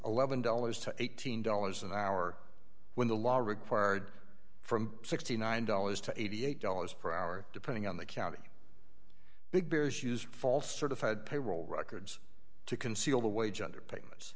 eleven dollars to eighteen dollars an hour when the law required from sixty nine dollars to eighty eight dollars per hour depending on the county big bears used false certified payroll records to conceal the wage under payments